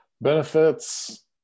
Benefits